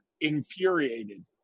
infuriated